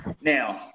Now